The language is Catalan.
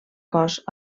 cos